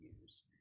use